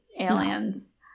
aliens